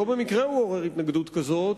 לא במקרה הוא מעורר התנגדות כזאת,